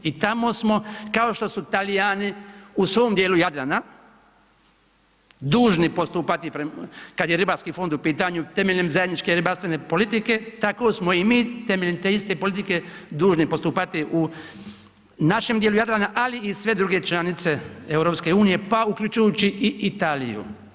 I tamo smo, kao što su Talijani u svom dijelu Jadrana dužni postupati kad je ribarski fond u pitanju temeljem zajedničke ribarstvene politike, tako smo i mi temeljem te iste politike dužni postupati u našem dijelu Jadrana, ali i sve druge članice EU, pa uključujući i Italiju.